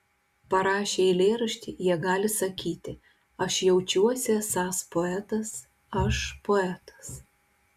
parašę eilėraštį jie gali sakyti aš jaučiuosi esąs poetas aš poetas